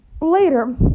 Later